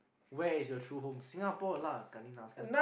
where is your true home Singapore lah kannina asking this